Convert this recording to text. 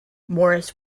morris